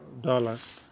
dollars